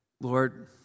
Lord